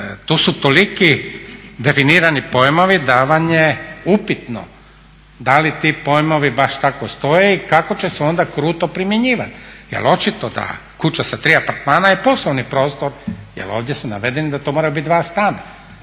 tu su toliki definirani pojmovi da vam ja upitno da li ti pojmovi baš tako stoje i kako će se onda kruto primjenjivati. Jel očito da kuća sa tri apartmana je poslovni prostor jer ovdje su navedeni da to moraju biti dva stana,